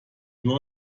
nur